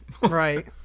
Right